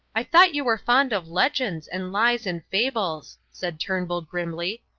i thought you were fond of legends and lies and fables, said turnbull, grimly.